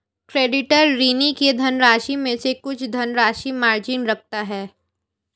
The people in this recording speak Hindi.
क्रेडिटर, ऋणी के धनराशि में से कुछ धनराशि मार्जिन रखता है